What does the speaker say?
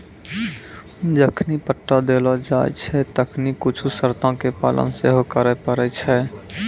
जखनि पट्टा देलो जाय छै तखनि कुछु शर्तो के पालन सेहो करै पड़ै छै